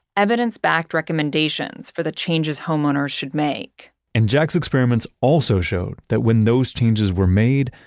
evidence-backed recommendations for the changes homeowners should make and jack's experiments also showed that when those changes were made,